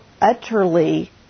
utterly